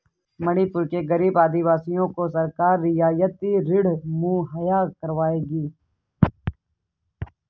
मणिपुर के गरीब आदिवासियों को सरकार रियायती ऋण मुहैया करवाएगी